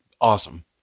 awesome